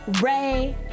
Ray